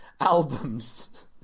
albums